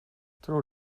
tror